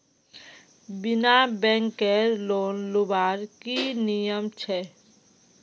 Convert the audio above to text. बिना बैंकेर लोन लुबार की नियम छे?